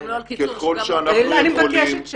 אני מבקשת שקט.